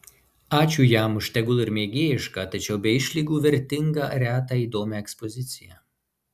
ačiū jam už tegul ir mėgėjišką tačiau be išlygų vertingą retą įdomią ekspoziciją